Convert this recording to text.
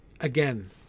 again